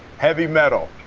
heavy metal.